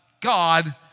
God